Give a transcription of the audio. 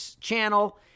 channel